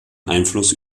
einfluss